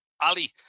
Ali